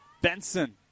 Benson